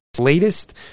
latest